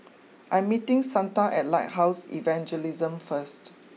I'm meeting Santa at Lighthouse Evangelism first